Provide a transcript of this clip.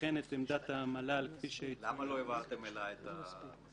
וכן את עמדת המל"ל כפי --- למה לא העברתם אליי את המסקנות?